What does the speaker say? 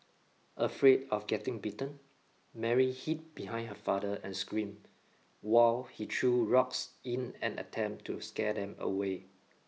afraid of getting bitten Mary hid behind her father and screamed while he threw rocks in an attempt to scare them away